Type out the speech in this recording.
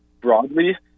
broadly